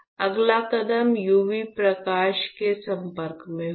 अगला कदम यूवी प्रकाश के संपर्क में होगा